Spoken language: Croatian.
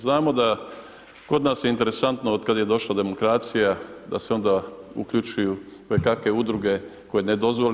Znamo da kod nas je interesantno od kada je došla demokracija da se onda uključuju kojekakve udruge koje ne dozvole.